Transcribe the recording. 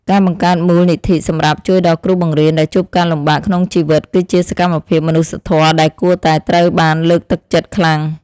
ការបង្កើតមូលនិធិសម្រាប់ជួយដល់គ្រូបង្រៀនដែលជួបការលំបាកក្នុងជីវិតគឺជាសកម្មភាពមនុស្សធម៌ដែលគួរតែត្រូវបានលើកទឹកចិត្តខ្លាំង។